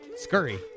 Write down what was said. scurry